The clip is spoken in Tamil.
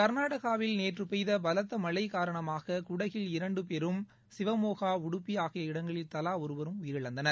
கர்நாடகாவில் நேற்று பெய்த பலத்த மழை காரணமாக குடகில் இரண்டு பேரும் சிவமோகா உடுப்பி ஆகிய இடங்களில் தலா ஒருவரும் உயிரிழந்தனர்